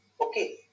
okay